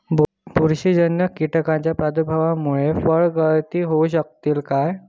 बुरशीजन्य कीटकाच्या प्रादुर्भावामूळे फळगळती होऊ शकतली काय?